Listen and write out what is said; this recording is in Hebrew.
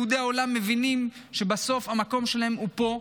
יהודי העולם מבינים שבסוף המקום שלהם הוא פה,